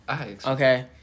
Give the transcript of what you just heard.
Okay